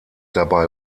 dabei